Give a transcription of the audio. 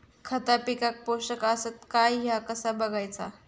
खता पिकाक पोषक आसत काय ह्या कसा बगायचा?